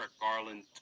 Garland